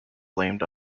blamed